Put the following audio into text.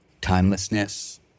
timelessness